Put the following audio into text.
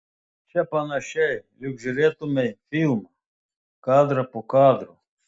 čia panašiai lyg žiūrėtumei filmą kadrą po kadro